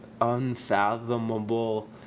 unfathomable